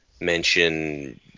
Mention